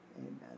Amen